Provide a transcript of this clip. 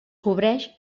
cobreix